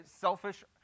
selfish